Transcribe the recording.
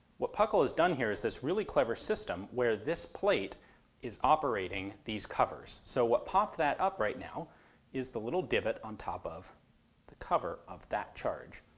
what puckle has done here is this really clever system where this plate is operating these covers. so what popped that up right now is the little divot on top of the cover of that charge.